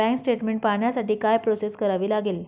Bank statement पाहण्यासाठी काय process करावी लागेल?